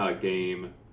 game